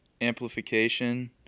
amplification